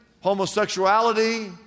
homosexuality